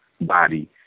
body